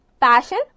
passion